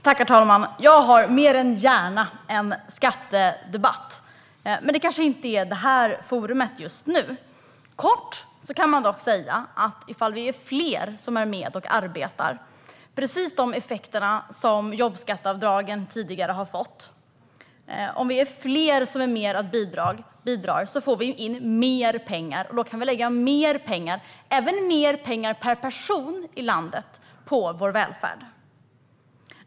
Herr talman! Jag tar mer än gärna en skattedebatt, men här och just nu kanske inte är rätt forum. Man kan dock kort säga att om vi är fler som är med och arbetar och fler som är med och bidrar får vi precis de effekter som jobbskatteavdragen tidigare gav: Vi får in mer pengar. Då kan vi lägga mer pengar - även mer pengar per person i landet - på vår välfärd.